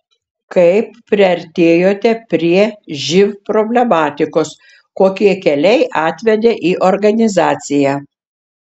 kaip priartėjote prie živ problematikos kokie keliai atvedė į organizaciją